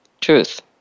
Truth